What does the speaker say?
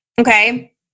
Okay